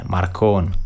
Marcon